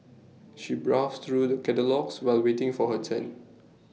she browsed through the catalogues while waiting for her turn